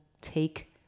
take